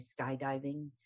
skydiving